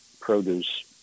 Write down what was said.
produce